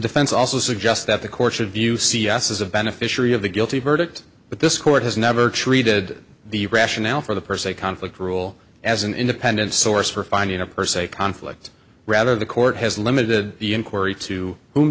defense also suggests that the court should view c s as a beneficiary of the guilty verdict but this court has never treated the rationale for the per se conflict rule as an independent source for finding a per se conflict rather the court has limited the inquiry to whom